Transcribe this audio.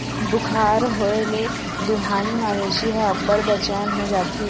बुखार होए ले दुहानी मवेशी ह अब्बड़ बेचैन हो जाथे